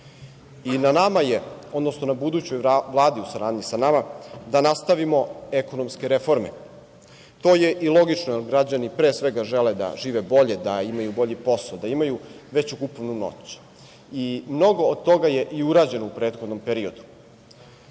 i nama je, odnosno na budućoj vladi u saradnji sa nama, da nastavimo ekonomske reforme. To je i logično, jer građani pre svega žele da žive bolje, da imaju bolji posao, da imaju veću kupovnu moć. Mnogo toga je i urađeno u prethodnom periodu,